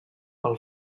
pel